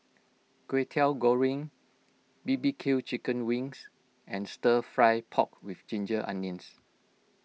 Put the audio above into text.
Kwetiau Goreng B B Q Chicken Wings and Stir Fry Pork with Ginger Onions